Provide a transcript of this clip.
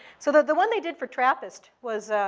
so, the one they did for trappist was